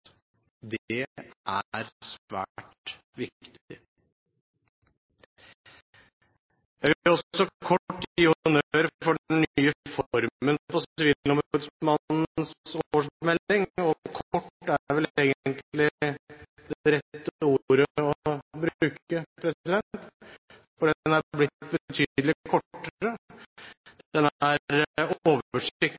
Kort er vel egentlig det rette ordet å bruke, for den er blitt betydelig kortere.